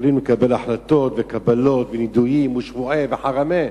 יכולים לקבל החלטות וקבלות ונידויים ושבועי וחרמי,